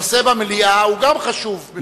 הנושא במליאה גם חשוב.